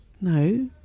No